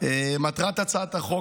מטרת הצעת החוק